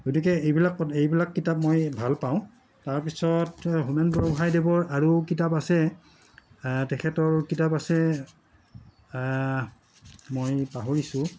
গতিকে এইবিলাক এইবিলাক কিতাপ মই ভাল পাওঁ তাৰপিছত হোমেন বৰগোহাঁইদেৱৰ আৰু কিতাপ আছে তেখেতৰ কিতাপ আছে মই পাহৰিছোঁ